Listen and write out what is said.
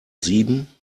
sieben